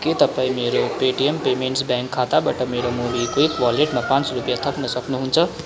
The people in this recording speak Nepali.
के तपाईँ मेरो पेटिएम पेमेन्ट्स ब्याङ्क खाताबाट मेरो मोबिक्विक वालेटमा पाँच सौ थप्न सक्नुहुन्छ